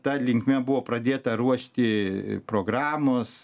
ta linkme buvo pradėta ruošti programos